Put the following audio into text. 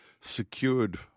secured